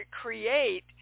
create